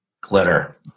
glitter